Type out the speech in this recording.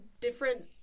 different